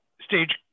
stage